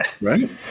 Right